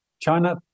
China